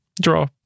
draw